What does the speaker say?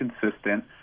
consistent